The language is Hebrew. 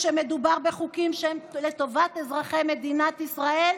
כשמדובר בחוקים שהם לטובת אזרחי ישראל,